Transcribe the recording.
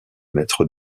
mètre